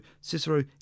Cicero